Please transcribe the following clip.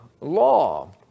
law